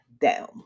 down